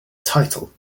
title